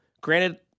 Granted